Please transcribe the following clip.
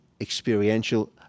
experiential